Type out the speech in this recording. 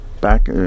back